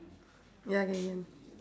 ya can can